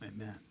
Amen